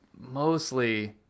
mostly